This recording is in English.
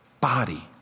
body